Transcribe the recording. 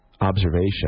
observation